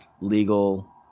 legal